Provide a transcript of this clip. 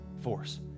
force